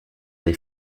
les